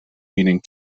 meaning